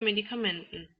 medikamenten